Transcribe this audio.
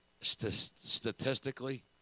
statistically